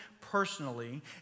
personally